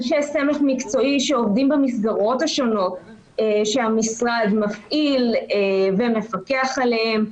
אנשי סמך מקצועי שעובדים במסגרות השונות שהמשרד מפעיל ומפקח עליהם,